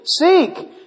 Seek